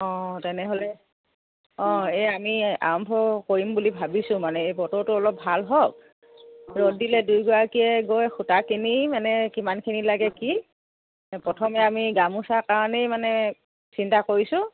অঁ তেনেহ'লে অঁ এই আমি আৰম্ভ কৰিম বুলি ভাবিছোঁ মানে এই বতৰটো অলপ ভাল হওক ৰ'দ দিলে দুয়োগৰাকীয়ে গৈ সূতা কিনি মানে কিমানখিনি লাগে কি প্ৰথমে আমি গামোচাৰ কাৰণেই মানে চিন্তা কৰিছোঁ